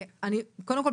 קודם כל,